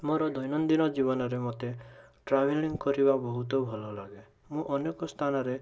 ମୋର ଦୈନନ୍ଦିନ ଜୀବନରେ ମୋତେ ଟ୍ରାଭେଲିଂ କରିବା ବହୁତ ଭଲ ଲାଗେ ମୁଁ ଅନେକ ସ୍ଥାନରେ